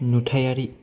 नुथायारि